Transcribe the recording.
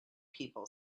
people